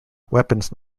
weapons